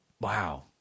Wow